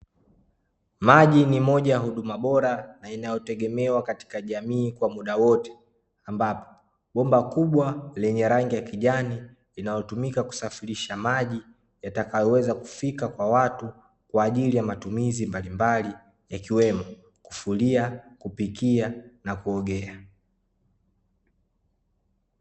Maji ni moja ya huduma bora, na inayotegemewa katika jamii kwa muda wote, ambapo, bomba kubwa lene rangi ya kijani, linalotumika kusafirisha maji, yatakayoweza kufika kwa watu, kwaajili ya matumizi mbalimbali yakiwemo, kufulia, kupikia, na kuogea.